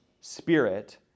spirit